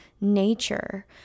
nature